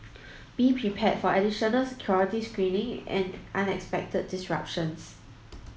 be prepared for additional security screening and unexpected disruptions